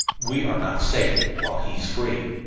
we are not safe while he is free.